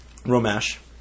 Romash